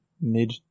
mid